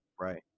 Right